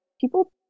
people